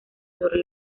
sobre